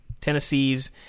Tennessee's